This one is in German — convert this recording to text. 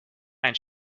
ein